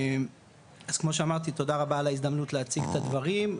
אז כמו שאמרתי תודה רבה על ההזדמנות להציג את הדברים,